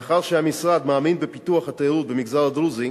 מאחר שהמשרד מאמין בפיתוח התיירות במגזר הדרוזי,